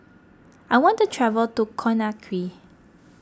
I want to travel to Conakry